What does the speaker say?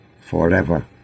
forever